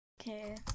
Okay